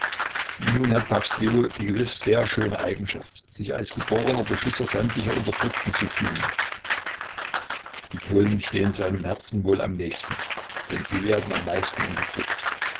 nun hat papst leo die gewiß sehr schöne eigenschaft sich als geborenen beschützer sämtlicher unterdrückten zu fühlen die polen stehen seinem herzen wohl am nächsten denn sie werden am meisten unterdrückt